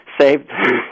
saved